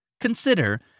Consider